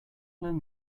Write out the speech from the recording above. learn